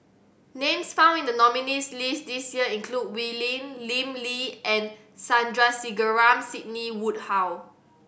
names found in the nominees' list this year include Wee Lin Lim Lee and Sandrasegaran Sidney Woodhull